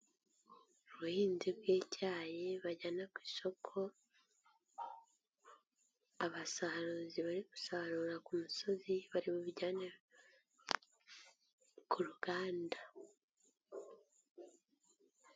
Ubuhinzi bw'icyayi bajyana ku isoko, abasaruzi bari gusarura ku misozi bari bubijyane ku ruganda.